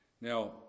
now